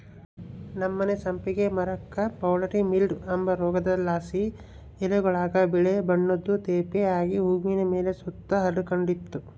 ನಮ್ಮನೆ ಸಂಪಿಗೆ ಮರುಕ್ಕ ಪೌಡರಿ ಮಿಲ್ಡ್ವ ಅಂಬ ರೋಗುದ್ಲಾಸಿ ಎಲೆಗುಳಾಗ ಬಿಳೇ ಬಣ್ಣುದ್ ತೇಪೆ ಆಗಿ ಹೂವಿನ್ ಮೇಲೆ ಸುತ ಹರಡಿಕಂಡಿತ್ತು